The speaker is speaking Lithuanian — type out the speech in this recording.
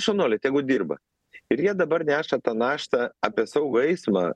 šaunuoliai tegu dirba ir jie dabar neša tą naštą apie saugų eismą